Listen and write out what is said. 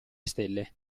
stelle